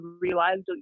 realized